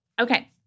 Okay